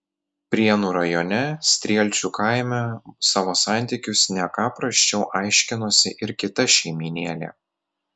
prienų rajone strielčių kaime savo santykius ne ką prasčiau aiškinosi ir kita šeimynėlė